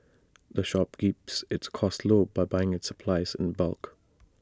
the shop keeps its costs low by buying its supplies in bulk